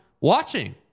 watching